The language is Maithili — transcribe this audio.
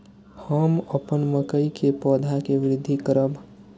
हम अपन मकई के पौधा के वृद्धि करब?